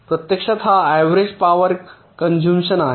प्रत्यक्षात हा average power consumption आहे